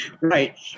right